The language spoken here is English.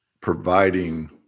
providing